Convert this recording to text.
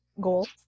goal